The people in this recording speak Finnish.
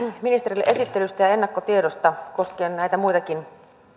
ministerille esittelystä ja ennakkotiedosta koskien näitä muitakin